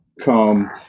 come